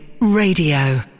Radio